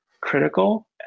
critical